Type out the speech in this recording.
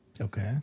Okay